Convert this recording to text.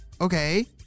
Okay